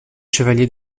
chevalier